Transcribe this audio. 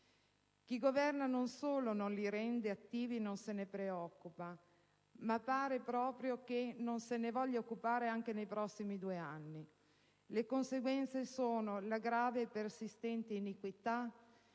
Chi governa non solo non li rende attivi e non se ne preoccupa, ma pare proprio che non se ne voglia occupare anche per i prossimi due anni. Le conseguenze sono la grave e persistente iniquità,